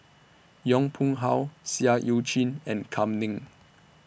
Yong Pung How Seah EU Chin and Kam Ning